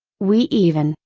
we even,